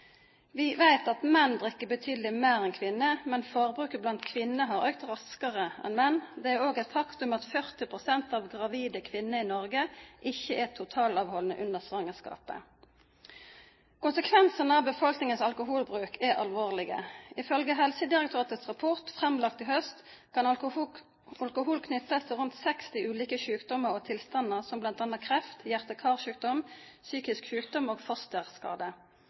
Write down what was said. Vi vet at menn drikker betydelig mer enn kvinner, men forbruket blant kvinner har økt raskere enn blant menn. Det er også et faktum at 40 pst. av gravide kvinner i Norge ikke er totalavholdende under svangerskapet. Konsekvensene av befolkningens alkoholbruk er alvorlige. Ifølge Helsedirektoratets rapport framlagt i høst kan alkohol knyttes til rundt 60 ulike sykdommer og tilstander som bl.a. kreft, hjerte- og karsykdom, psykisk sykdom og